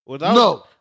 No